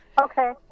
okay